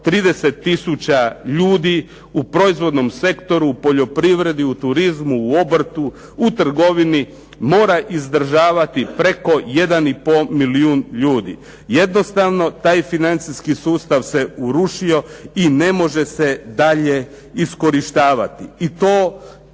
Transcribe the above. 230 tisuća ljudi u proizvodnom sektoru, u poljoprivredi, u turizmu, u obrtu, u trgovini mora izdržavati preko jedan i pol milijun ljudi. Jednostavno taj financijski sustav se urušio i ne može se dalje iskorištavati. I to